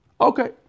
Okay